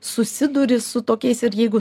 susiduri su tokiais ir jeigu